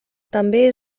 també